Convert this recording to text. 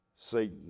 Satan